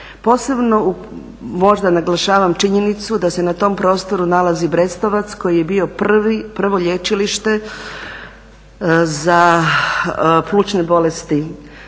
Posebno možda naglašavam činjenicu da se na tom prostoru nalazi … koji je bio prvo lječilište za plućne bolesti